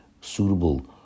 suitable